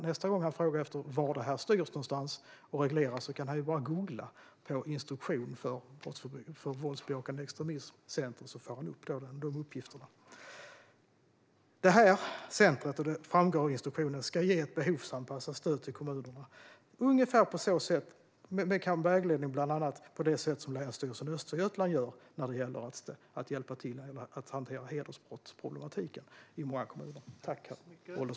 Nästa gång han frågar var det styrs och regleras kan han bara googla på "instruktion för våldsbejakande extremism centrum", så får han upp de uppgifterna. Centrumet ska, vilket framgår i instruktionen, ge ett behovsanpassat stöd till kommunerna. Det ska ske med vägledning av bland annat hur Länsstyrelsen i Östergötlands län gör när det gäller att hjälpa till att hantera hedersbrottsproblematiken i många kommuner.